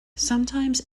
sometimes